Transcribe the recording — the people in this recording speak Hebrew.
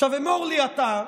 עכשיו, אמור לי אתה,